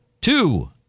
Two